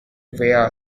via